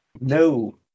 no